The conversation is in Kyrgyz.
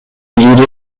ири